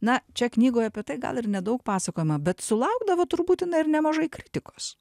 na čia knygoje apie tai gal ir nedaug pasakojama bet sulaukdavo turbūt jinai ir nemažai kritikos